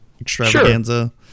Extravaganza